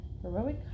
heroic